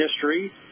history